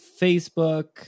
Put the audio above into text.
Facebook